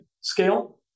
scale